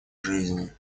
жизни